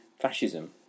fascism